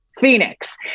Phoenix